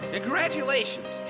Congratulations